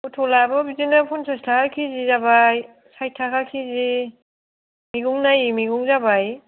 फथलआबो बिदिनो फनसास थाखा केजि जाबाय साइट थाखा केजि मैगं नायै मैगं जाबाय